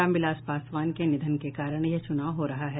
रामविलास पासवान के निधन के कारण यह चुनाव हो रहा है